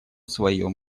своем